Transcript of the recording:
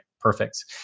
perfect